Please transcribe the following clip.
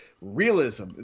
realism